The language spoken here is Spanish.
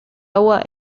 agua